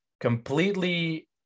completely